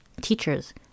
teachers